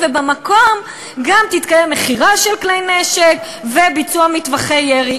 ובמקום גם תתקיים מכירה של כלי נשק וביצוע מטווחי ירי".